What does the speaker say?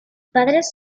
padres